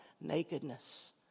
nakedness